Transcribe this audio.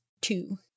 two